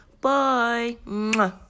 Bye